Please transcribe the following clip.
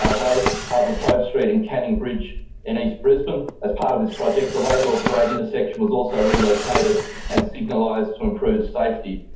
um like ah latrobe street and canning bridge in east brisbane, as part of this project, the laidlaw parade intersection was also relocated and signalised to improve safety.